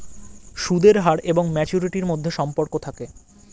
সুদের হার এবং ম্যাচুরিটির মধ্যে সম্পর্ক থাকে